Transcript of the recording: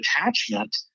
attachment